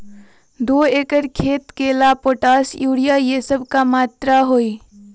दो एकर खेत के ला पोटाश, यूरिया ये सब का मात्रा होई?